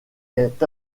est